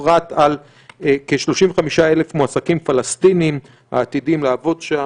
בפרט על כ-35,000 מועסקים פלסטינים העתידים לעבוד שם.